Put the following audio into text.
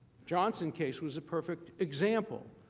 johnson's case was a perfect example.